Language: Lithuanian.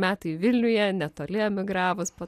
metai vilniuje netoli emigravus po